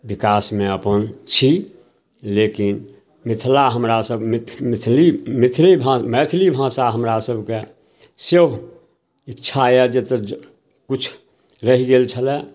विकासमे अपन छी लेकिन मिथिला हमरासभमे मिथ मिथिली मिथिली भा मैथिली भाषा हमरासभके सेहो इच्छा यऽ जेतऽ किछु रहि गेल छलै